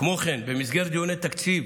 כמו כן, במסגרת דיוני תקציב